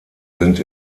sind